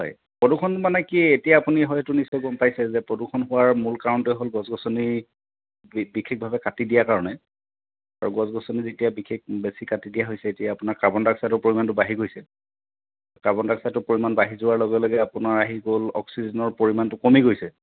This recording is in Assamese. হয় প্ৰদূষণ মানে কি এতিয়া আপুনি হয়তো নিশ্চয় গম পাইছে যে প্ৰদূষণ হোৱাৰ মূল কাৰণটোৱেই হ'ল গছ গছনি বিশেষভাৱে কাটি দিয়াৰ কাৰণে আৰু গছ গছনি যেতিয়া বিশেষ বেছি কাটি দিয়া হৈছে তেতিয়া আপোনাৰ কাৰ্বন ডাই অক্সাইডৰ পৰিমাণটো বাঢ়ি গৈছে কাৰ্বন ডাই অক্সাইডৰ পৰিমাণ বাঢ়ি যোৱাৰ লগে লগে আপোনাৰ আহি গ'ল অক্সিজেনৰ পৰিমাণটো কমি গৈছে